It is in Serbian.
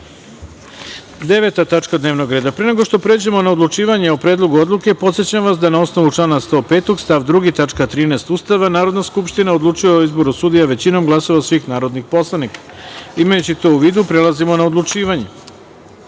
odluke. Tačka 9. dnevnog reda. Pre nego što pređemo na odlučivanje o Predlogu odluke, podsećam vas da, na osnovu člana 105. stav 2. tačka 13. Ustava Republike Srbije, Narodna skupština odlučuje o izboru sudija većinom glasova svih narodnih poslanika. Imajući to u vidu, prelazimo na odlučivanje. Podsećam